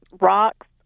rocks